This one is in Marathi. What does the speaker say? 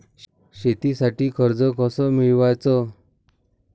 शेतीसाठी कर्ज कस मिळवाच?